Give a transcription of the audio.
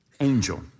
angel